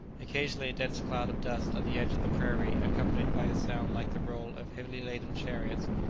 occasionally a dense cloud of dust on the edge of the prairie, accompanied by a sound like the roll of heavily-laden chariots,